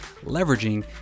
leveraging